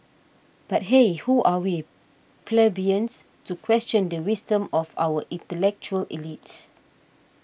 but hey who are we plebeians to question the wisdom of our intellectual elite